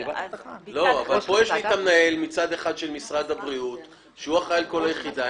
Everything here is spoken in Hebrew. פה יש לי את המנהל של משרד הבריאות שאחראי על כל היחידה.